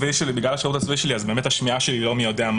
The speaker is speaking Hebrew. בגלל השירות הצבאי שלי השמיעה שלי לא מי יודע,